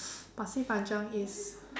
Pasir Panjang is